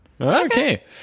Okay